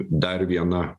dar viena